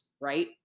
right